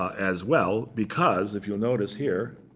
as well. because if you'll notice here,